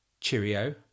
cheerio